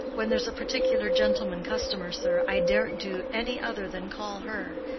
when there's a particular gentleman customer, sir, i daren't do any other than call her.